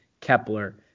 Kepler